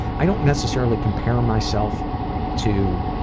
i don't necessarily compare myself to